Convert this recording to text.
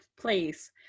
place